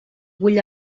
bull